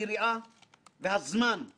כדי שנוכל להניח את הדוח,